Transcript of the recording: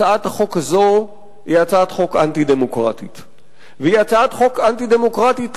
הצעת החוק הזאת היא הצעת חוק אנטי-דמוקרטית,